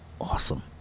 awesome